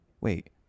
Wait